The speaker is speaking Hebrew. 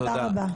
תודה רבה.